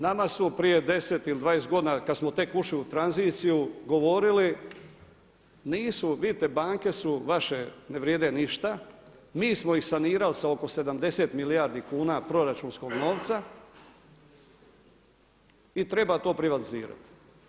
Nama su prije 10 ili 20 godina kada smo tek ušli u tranziciju govorili, nisu, vidite banke su vaše ne vrijede ništa, mi smo ih sanirali sa oko 70 milijardi kuna proračunskog novca i treba to privatizirati.